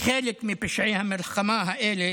חלק מפשעי המלחמה האלה